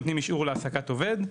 נותנים אישור להעסקת עובד,